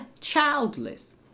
childless